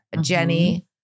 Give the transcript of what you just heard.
Jenny